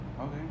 Okay